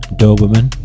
doberman